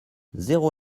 zéro